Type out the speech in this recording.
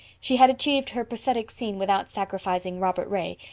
she had achieved her pathetic scene without sacrificing robert ray,